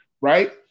right